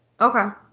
Okay